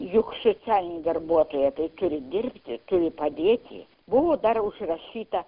juk socialinė darbuotoja tai turi dirbti turi padėti buvo dar užrašyta